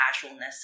casualness